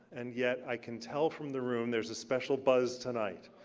and yet i can tell from the room, there's a special buzz tonight.